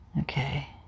Okay